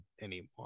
anymore